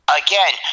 again